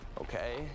Okay